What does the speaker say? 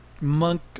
monk